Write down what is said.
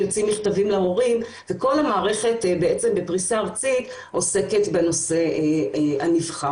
יוצאים מכתבים להורים וכל המערכת בעצם בפריסה ארצית עוסקת בנושא הנבחר.